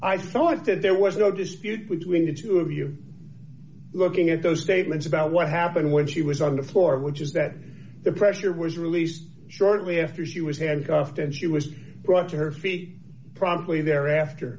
i thought that there was no dispute between the two of you looking at those statements about what happened when she was on the floor which is that the pressure was released shortly after she was handcuffed and she was brought to her feet probably thereafter